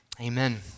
Amen